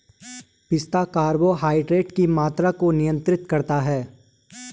पिस्ता कार्बोहाइड्रेट की मात्रा को नियंत्रित करता है